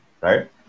right